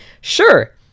Sure